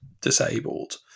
disabled